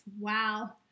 Wow